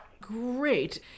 Great